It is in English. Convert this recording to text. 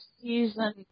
season